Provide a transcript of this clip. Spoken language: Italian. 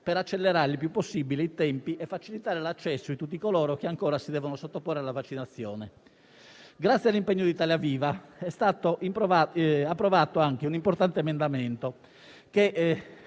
per accelerare il più possibile i tempi e facilitare l'accesso di tutti coloro che ancora si devono sottoporre alla vaccinazione. Grazie all'impegno di Italia Viva è stato approvato anche un importante emendamento,